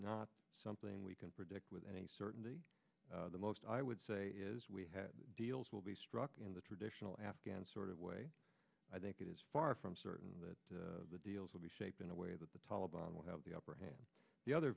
not something we can predict with any certainty the most i would say is we had deals will be struck in the traditional afghan sort of way i think it is far from certain that the deals will be shaped in a way that the taliban will have the upper hand and the other